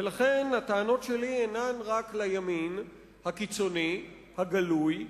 ולכן הטענות שלי אינן רק לימין הקיצוני הגלוי,